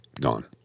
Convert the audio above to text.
Gone